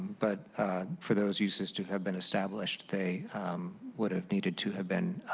but for those uses to have been established they would have needed to have been,